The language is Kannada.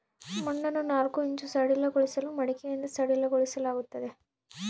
ಮಣ್ಣನ್ನು ನಾಲ್ಕು ಇಂಚು ಸಡಿಲಗೊಳಿಸಲು ಮಡಿಕೆಯಿಂದ ಸಡಿಲಗೊಳಿಸಲಾಗ್ತದೆ